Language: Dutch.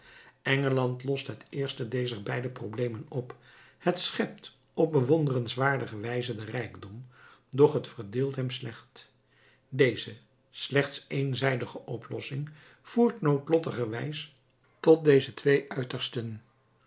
engeland lost het eerste dezer beide problemen op het schept op bewonderenswaardige wijze den rijkdom doch het verdeelt hem slecht deze slechts éénzijdige oplossing voert noodlottiger wijs tot deze twee uitersten